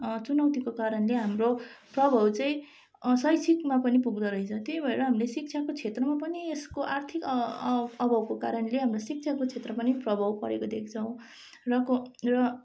चुनौतीको कारणले हाम्रो प्रभाव चाहिँ शैक्षिकमा पनि पुग्दोरहेछ त्यही भएर हामीले शिक्षाको क्षेत्रमा पनि यसको आर्थिक अ अ अभावको कारणले हाम्रो शिक्षाको क्षेत्र पनि प्रभाव परेको देख्छौँ र को र